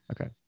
Okay